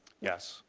yes.